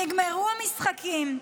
נגמרו המשחקים,